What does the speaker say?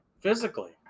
physically